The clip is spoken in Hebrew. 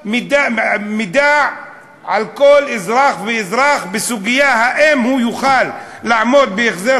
מידע על כל אזרח ואזרח בסוגיה אם הוא יוכל לעמוד בהחזר